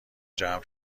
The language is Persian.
جمع